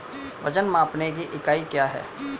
वजन मापने की इकाई क्या है?